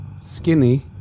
skinny